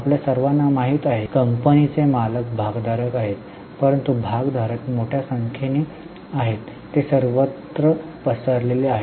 आपल्या सर्वांना माहित आहे की कंपनीचे मालक भागधारक आहेत परंतु भागधारक मोठ्या संख्येने आहेत ते सर्वत्र पसरलेले आहेत